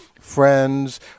friends